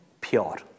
pure